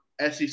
SEC